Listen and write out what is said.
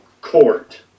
court